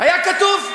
היה כתוב,